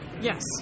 Yes